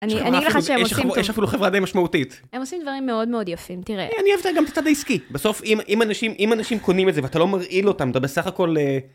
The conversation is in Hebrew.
אני אגיד לך ש, יש לך אפילו חברה די משמעותית. הם עושים דברים מאוד מאוד יפים, תראה. אני אוהב גם את הצד העסקי. בסוף, אם אנשים אם אנשים קונים את זה ואתה לא מרעיל אותם, אתה בסך הכל...